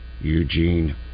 Eugene